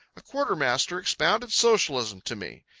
a quarter-master expounded socialism to me.